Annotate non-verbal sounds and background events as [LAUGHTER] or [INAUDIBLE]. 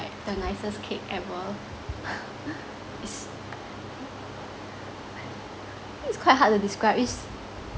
the nicest cake ever [LAUGHS] it's [NOISE] I think it's quite hard to describe it's